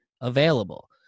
available